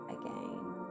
again